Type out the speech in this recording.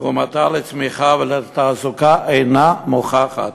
תרומתה לצמיחה ולתעסוקה אינה מוכחת,